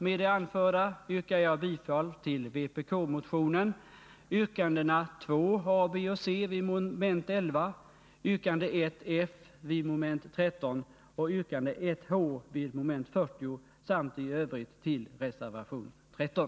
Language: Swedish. Med det anförda yrkar jag bifall till vpk-motionen — yrkandena2 a, b och c vid mom. 11, yrkande 1 f vid mom. 13 och yrkande 1 h vid mom. 40 — samt i övrigt till reservation 13.